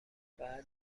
بعد